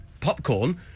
popcorn